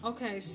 Okay